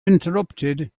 interrupted